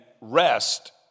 rest